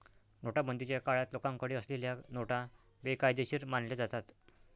नोटाबंदीच्या काळात लोकांकडे असलेल्या नोटा बेकायदेशीर मानल्या जातात